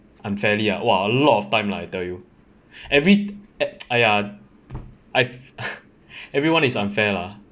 unfairly ah !wah! a lot of time lah I tell you every at !aiya! I everyone is unfair lah